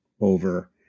over